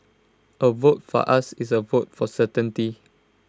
A vote for us is A vote for certainty